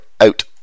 Out